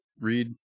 read